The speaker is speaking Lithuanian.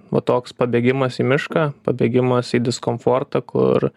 va toks pabėgimas į mišką pabėgimas į diskomfortą kur